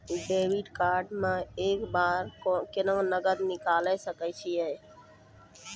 Debit card से एक बार मे केतना नगद निकाल सके छी?